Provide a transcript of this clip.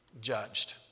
judged